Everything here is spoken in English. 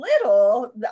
little